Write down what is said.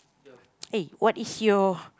eh what is your